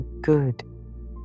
good